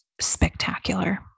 spectacular